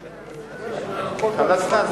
חלאסנה?